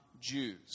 Jews